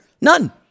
None